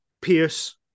pierce